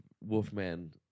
Wolfman